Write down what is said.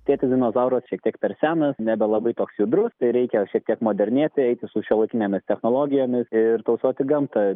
tėtis dinozauras šiek tiek per senas nebelabai toks judrus tai reikia šiek tiek modernėti eiti su šiuolaikinėmis technologijomis ir tausoti gamtą